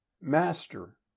Master